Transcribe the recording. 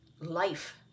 life